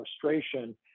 frustration